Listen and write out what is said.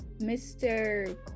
Mr